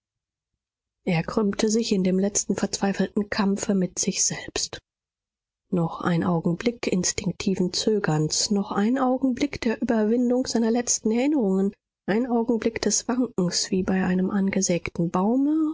er krümmte sich in dem letzten verzweifelten kampfe mit sich selbst noch ein augenblick instinktiven zögerns noch ein augenblick der überwindung seiner letzten erinnerungen ein augenblick des wankens wie bei einem angesägten baume